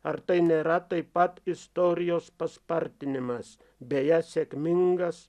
ar tai nėra taip pat istorijos paspartinimas beje sėkmingas